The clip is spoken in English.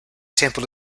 temple